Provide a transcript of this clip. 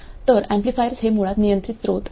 तर एम्पलीफायर्स हे मुळात नियंत्रित स्रोत आहेत